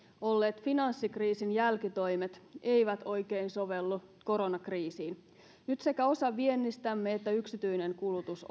olleet finanssikriisin jälkitoimet eivät oikein sovellu koronakriisiin nyt sekä osa viennistämme että yksityinen kulutus